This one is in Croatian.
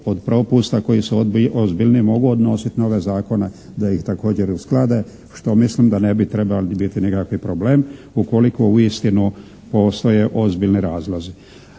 od propusta koji se ozbiljnije mogu odnositi na ove zakone da ih također usklade, što mislim da ne bi trebali biti nekakvi problem ukoliko uistinu postoje ozbiljni razlozi.